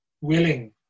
willing